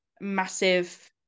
massive